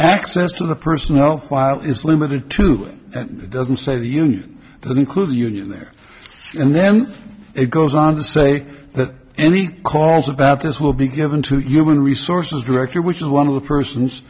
access to the personnel file is limited to doesn't say the unit that includes union there and then it goes on to say that any calls about this will be given to human resources director which is one of the